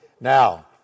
Now